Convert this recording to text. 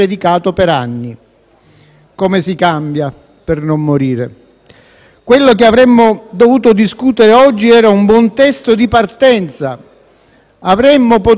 Come si cambia per non morire. Quello che avremmo dovuto discutere oggi era un buon testo di partenza, che avremmo potuto migliorare.